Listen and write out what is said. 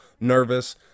nervous